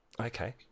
Okay